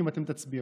אם אתם תצביעו.